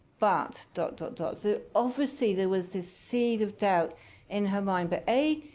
but, dot, dot, dot. so, obviously, there was this seed of doubt in her mind. but a,